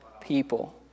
people